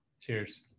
Cheers